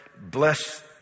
bless